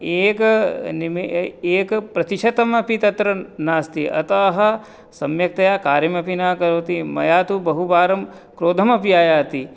एक निमे एक प्रतिशतमपि तत्र नास्ति अतः सम्यक्तया कार्यम् अपि न करोति मया तु बहुवारं क्रोधमपि आयाति